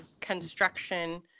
construction